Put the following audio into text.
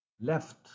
left